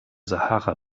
sahara